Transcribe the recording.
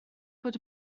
bod